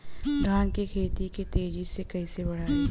धान क खेती के तेजी से कइसे बढ़ाई?